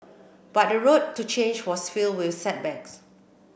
but the road to change was filled with setbacks